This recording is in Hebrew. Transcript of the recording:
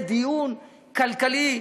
זה דיון כלכלי,